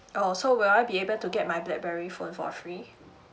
oh so will I be able to get my blackberry phone for free